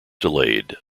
delayed